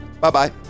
Bye-bye